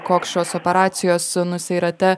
koks šios operacijos nu seirate